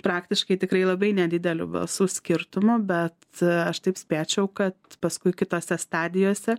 praktiškai tikrai labai nedideliu balsų skirtumu bet aš taip spėčiau kad paskui kitose stadijose